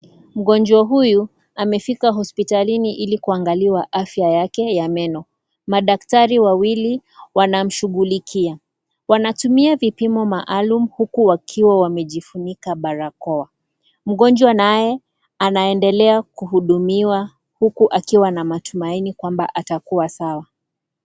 Mgonjwa huyu amefika hospitalini ile kuangaliwa afya yake ya meno. Madaktari wawili wanamshughulikia, wanatumia vipimo maalum huku wakiwa wamejifunika barakoa, mgonjwa naye anaendelea kuhudumiwa huku akiwa na matumaini kwamba atakuwa sawa.